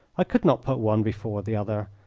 i could not put one before the other,